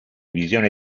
visione